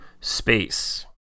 space